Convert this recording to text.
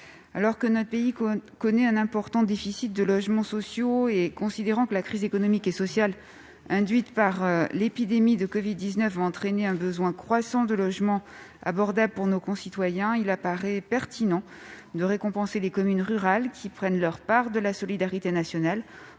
Notre pays connaît un important déficit de logements sociaux, et la crise économique et sociale induite par l'épidémie de covid-19 entraînera un besoin croissant de logements abordables pour nos concitoyens. Il paraît donc pertinent de récompenser les communes rurales qui prennent leur part de la solidarité nationale